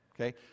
okay